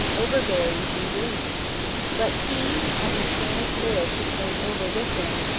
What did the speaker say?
overbearing, and gloomy but he and the spanish lords who came over with him,